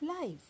life